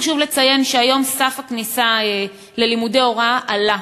חשוב לציין שהיום סף הכניסה ללימודי הוראה עלה.